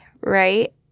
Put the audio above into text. right